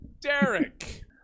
Derek